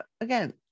again